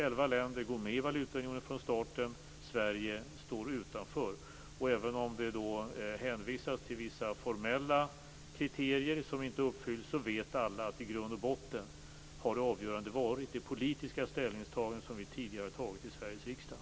Elva länder går med i valutaunionen från starten. Sverige står utanför. Även om det hänvisas till vissa formella kriterier som inte uppfylls vet alla att det avgörande i grund och botten har varit det politiska ställningstagande som vi tidigare har gjort i Sveriges riksdag.